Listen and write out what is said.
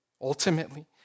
Ultimately